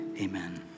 amen